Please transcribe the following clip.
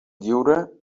lliure